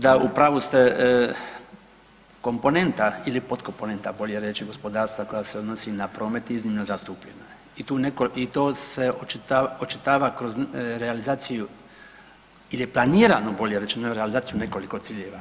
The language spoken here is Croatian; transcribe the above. Da, u pravu ste, komponenta ili podkomponenta bolje reći gospodarstva koja se odnosi na promet iznimno je zastupljena i to se očitava kroz realizaciju ili je planiranu bolje rečeno, realizaciju nekoliko ciljeva.